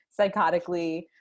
psychotically